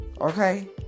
okay